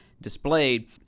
displayed